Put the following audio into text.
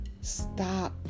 stop